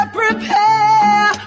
prepare